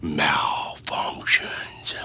malfunctions